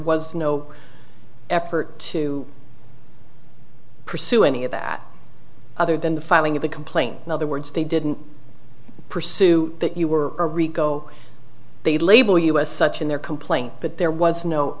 was no effort to pursue any of that other than the filing of the complaint in other words they didn't pursue that you were a rico they label you as such in their complaint but there was no